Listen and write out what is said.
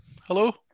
Hello